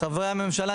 חברי הממשלה,